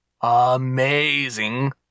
amazing